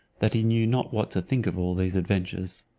that he knew not what to think of all those adventures.